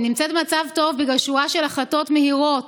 היא נמצאת במצב טוב בגלל שורה של החלטות מהירות